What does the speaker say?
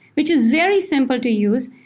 which is very simple to use,